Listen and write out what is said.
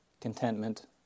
contentment